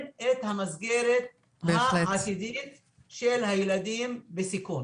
את המסגרת העתידית של הילדים בסיכון.